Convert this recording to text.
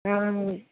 ओं